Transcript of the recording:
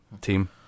team